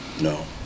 No